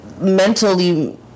mentally